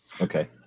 Okay